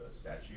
statue